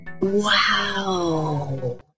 Wow